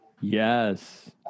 yes